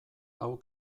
hau